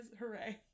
hooray